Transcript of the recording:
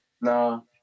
No